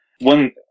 One